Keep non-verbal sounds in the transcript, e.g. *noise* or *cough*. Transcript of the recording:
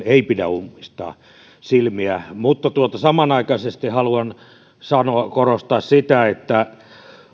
*unintelligible* ei pidä ummistaa silmiään mutta samanaikaisesti haluan korostaa sitä että